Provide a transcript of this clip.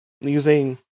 using